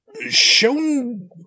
shown